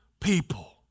people